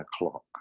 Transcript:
o'clock